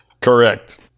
Correct